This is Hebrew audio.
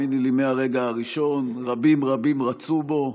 האמיני לי, מהרגע הראשון רבים רבים רצו בו,